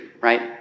right